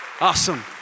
Awesome